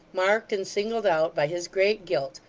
marked and singled out by his great guilt,